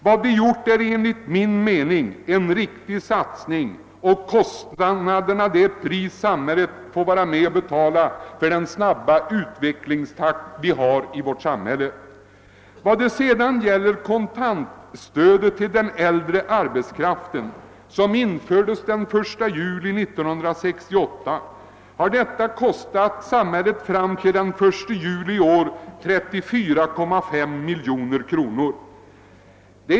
Vi har enligt min mening gjort en riktig satsning i detta sammanhang, och kostnaderna härför är det pris som samhället får betala för sin snabba utvecklingstakt. Kontantstödet till den äldre arbetskraften, som infördes den 1 juli 1968, har fram till den 1 juli i år kostat samhället 34,5 miljoner kronor.